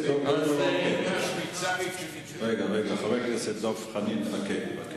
שוויצרית שנקראת, חבר הכנסת דוד רותם.